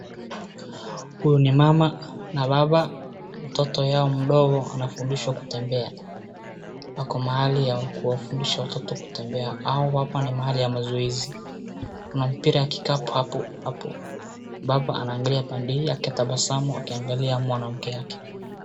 Huyu ni mama na baba. Mtoto yao mdogo anafundishwa kutembea. Ako mahali ya kuwafundisha watoto kutembea au hapa ni mahali ya mazoezi. Kuna mpira wa kikapu hapo hapo. Baba anaangalia pande hii akatabasamu akiangalia mwanamke yake.